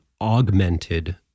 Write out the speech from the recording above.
augmented